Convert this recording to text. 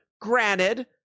Granted